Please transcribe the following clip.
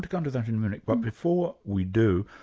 to come to that in a minutes but before we do,